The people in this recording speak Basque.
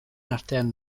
artean